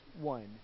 one